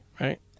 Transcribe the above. right